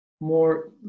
more